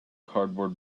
cardboard